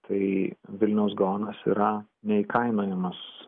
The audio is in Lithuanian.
tai vilniaus gaonas yra neįkainojamas